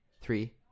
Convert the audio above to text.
Three